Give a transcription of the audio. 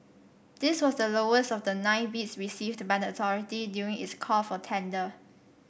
this was the lowest of the nine bids received by the authority during its call for tender